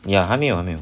ya 还没有还没有